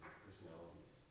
personalities